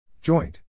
Joint